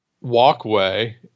walkway